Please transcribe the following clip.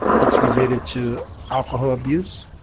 it's related to alcohol abuse,